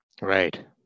Right